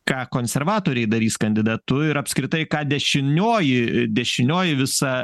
ką konservatoriai darys kandidatu ir apskritai ką dešinioji dešinioji visa